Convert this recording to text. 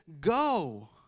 go